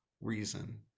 reason